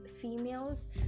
females